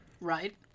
Right